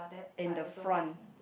and the front